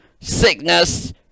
sickness